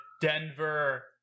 Denver